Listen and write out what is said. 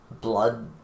blood